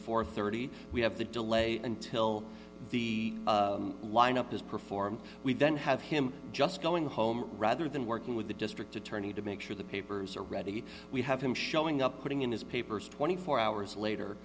and thirty we have the delay until the lineup is performed we then have him just going home rather than working with the district attorney to make sure the papers are ready we have him showing up putting in his papers twenty four hours later